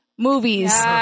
movies